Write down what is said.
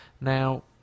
Now